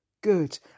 good